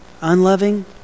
unloving